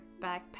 backpack